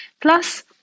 Plus